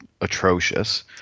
atrocious